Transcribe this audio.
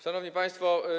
Szanowni Państwo!